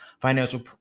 financial